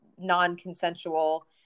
non-consensual